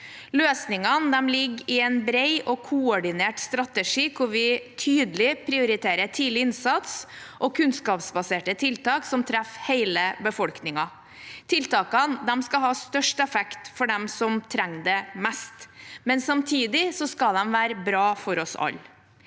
Løsningene ligger i en bred og koordinert strategi hvor vi tydelig prioriterer tidlig innsats og kunnskapsbaserte tiltak som treffer hele befolkningen. Tiltakene skal ha størst effekt for dem som trenger det mest, men samtidig skal de være bra for oss alle.